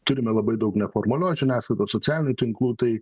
turime labai daug neformalios žiniasklaidos socialinių tinklų tai